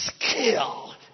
skill